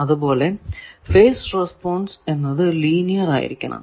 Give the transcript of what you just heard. അതുപോലെ phase response എന്നത് linear ആയിരിക്കണം